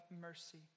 mercy